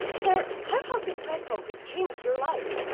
sir, how has this press conference changed your life?